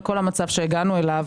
לכל המצב שהגענו אליו,